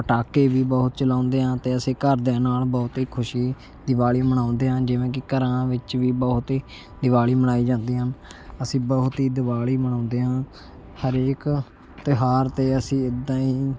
ਪਟਾਕੇ ਵੀ ਬਹੁਤ ਚਲਾਉਂਦੇ ਹਾਂ ਅਤੇ ਅਸੀਂ ਘਰਦਿਆਂ ਨਾਲ਼ ਬਹੁਤ ਹੀ ਖੁਸ਼ੀ ਦਿਵਾਲੀ ਮਨਾਉਂਦੇ ਹਾਂ ਜਿਵੇਂ ਕਿ ਘਰਾਂ ਵਿੱਚ ਵੀ ਬਹੁਤ ਹੀ ਦਿਵਾਲੀ ਮਨਾਈ ਜਾਂਦੀ ਹੈ ਅਸੀਂ ਬਹੁਤ ਹੀ ਦਿਵਾਲੀ ਮਨਾਉਂਦੇ ਹਾਂ ਹਰੇਕ ਤਿਉਹਾਰ ਅਤੇ ਅਸੀਂ ਇੱਦਾ ਹੀ